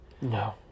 No